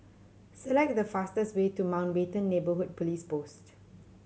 select the fastest way to Mountbatten Neighbourhood Police Post